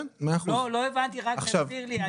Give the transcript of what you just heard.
לא הבנתי, רק תסביר לי.